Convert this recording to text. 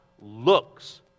looks